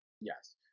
Yes